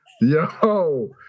Yo